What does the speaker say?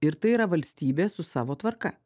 ir tai yra valstybė su savo tvarka